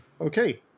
Okay